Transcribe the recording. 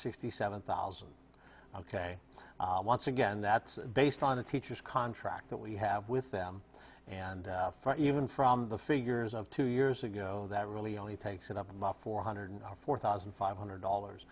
sixty seven thousand ok once again that's based on a teacher's contract that we have with them and for even from the figures of two years ago that really only takes it up about four hundred four thousand five hundred dollars